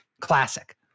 Classic